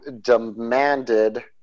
demanded